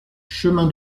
chemin